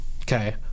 okay